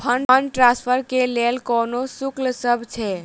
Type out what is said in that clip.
Fund transfer केँ लेल कोनो शुल्कसभ छै?